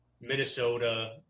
Minnesota